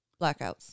blackouts